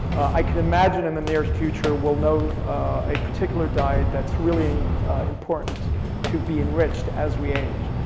i can imagine in the near future we'll know a particular diet that's really important to be enriched as we age.